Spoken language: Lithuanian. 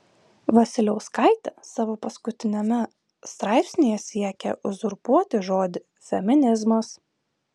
vasiliauskaitė savo paskutiniame straipsnyje siekia uzurpuoti žodį feminizmas